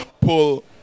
pull